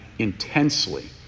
Intensely